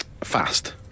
Fast